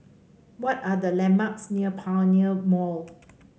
what are the landmarks near Pioneer Mall